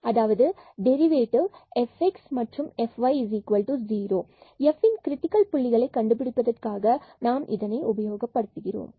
அதாவது derivative fx0 and Fy0 F in critical புள்ளிகளை கண்டுபிடிப்பதற்காக நாம் இதை உபயோகப்படுத்துகிறோம்